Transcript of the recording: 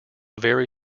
very